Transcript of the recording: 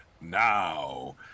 Now